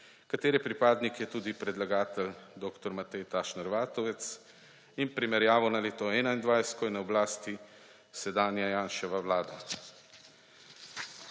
katere pripadnik je tudi predlagatelj dr. Matej Tašner Vatovec, in primerjavo na leto 2021, ko je na oblasti sedanja Janševa vlada.